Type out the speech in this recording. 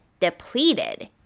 depleted